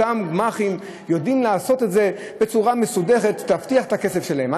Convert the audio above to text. אותם גמ"חים יודעים לעשות את זה בצורה מסודרת שתבטיח את הכסף שלהם.